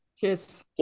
Cheers